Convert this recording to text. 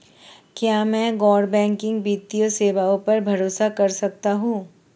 क्या मैं गैर बैंकिंग वित्तीय सेवाओं पर भरोसा कर सकता हूं?